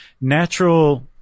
natural